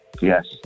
Yes